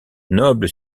noble